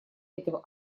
этого